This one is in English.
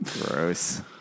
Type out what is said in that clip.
Gross